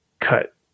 cut